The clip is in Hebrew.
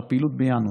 על הפעילות בינואר,